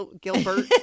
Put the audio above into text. Gilbert